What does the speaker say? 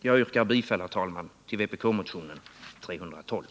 Jag yrkar bifall, herr talman, till vpk-motionen 312.